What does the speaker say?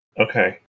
Okay